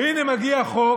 והינה מגיע חוק